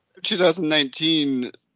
2019